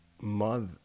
mother